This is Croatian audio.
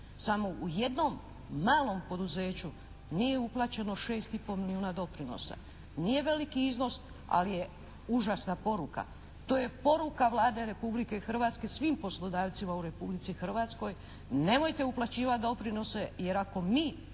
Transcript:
samo u jednom malom poduzeću nije uplaćeno 6 i po milijuna doprinosa, nije veliki iznos, ali je užasna poruka. To je poruka Vlade Republike Hrvatske svim poslodavcima u Republici Hrvatskoj – nemojte uplaćivati doprinose, jer ako mi